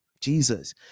Jesus